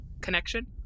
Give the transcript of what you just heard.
connection